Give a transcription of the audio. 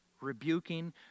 rebuking